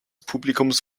publikums